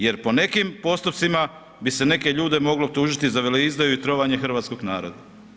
Jer po nekim postupcima bi se neke ljude moglo tužiti za veleizdaju i trovanje hrvatskog naroda.